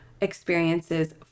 experiences